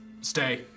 Stay